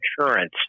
insurance